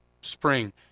spring